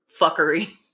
fuckery